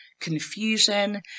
confusion